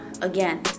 again